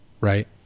right